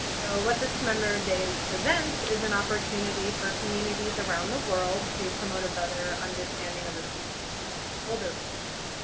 what this commemorative day presents is an opportunity for communities around the world to promote a better understanding of abuse and neglect of older people.